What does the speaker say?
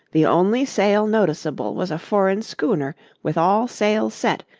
the only sail noticeable was a foreign schooner with all sails set,